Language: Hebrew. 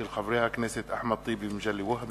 של חברי הכנסת אחמד טיבי ומגלי והבה,